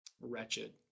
wretched